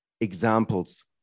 examples